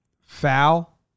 Foul